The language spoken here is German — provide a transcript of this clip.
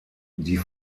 die